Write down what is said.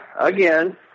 again